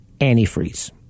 antifreeze